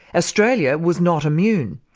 australia was not immune.